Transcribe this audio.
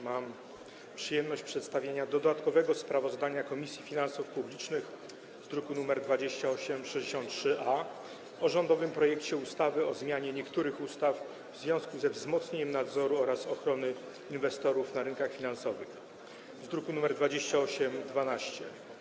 Mam przyjemność przedstawienia dodatkowego sprawozdania Komisji Finansów Publicznych z druku nr 2863-A o rządowym projekcie ustawy o zmianie niektórych ustaw w związku ze wzmocnieniem nadzoru oraz ochrony inwestorów na rynku finansowym z druku nr 2812.